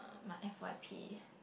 my F Y P